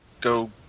go